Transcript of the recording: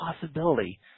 possibility